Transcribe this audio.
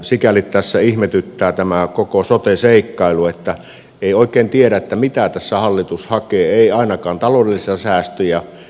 sikäli tässä ihmetyttää koko tämä sote seikkailu että ei oikein tiedä mitä tässä hallitus hakee ei ainakaan taloudellisia säästöjä